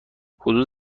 حدود